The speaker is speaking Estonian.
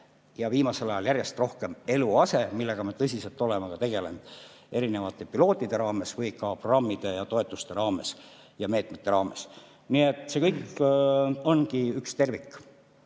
ja viimasel ajal järjest rohkem eluase, millega me tõsiselt oleme tegelenud erinevate piloot[projektide] raames või ka programmide, toetuste ja meetmete raames. Nii et see kõik ongi üks tervik.